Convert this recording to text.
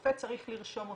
שרופא צריך לרשום אותן.